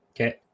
Okay